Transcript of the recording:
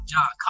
John